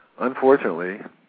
Unfortunately